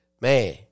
man